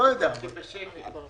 ישבתי בשקט.